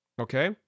Okay